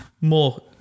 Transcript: more